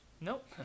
Nope